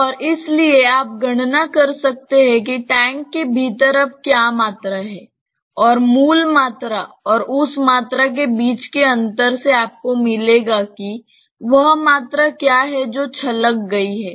और इसलिए आप गणना कर सकते हैं कि टैंक के भीतर अब क्या मात्रा है और मूल मात्रा और उस मात्रा के बीच के अंतर से आपको मिलेगा कि वह मात्रा क्या है जो छलक गई है